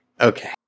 okay